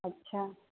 अच्छा